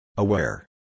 Aware